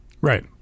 Right